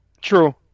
True